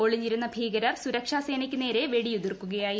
ഒളിഞ്ഞിരുന്ന ഭീകരർ സുരക്ഷാ സേനയ്ക്ക് നേരെ വെടിയുതിർക്കുകയായിരുന്നു